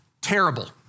terrible